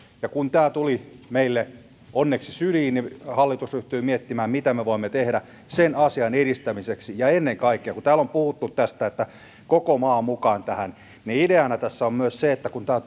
kun tämä tuli meille onneksi syliin niin hallitus ryhtyi miettimään mitä me voimme tehdä sen asian edistämiseksi ja ennen kaikkea kun täällä on puhuttu tästä että koko maa mukaan tähän ideana tässä on myös se kun tämä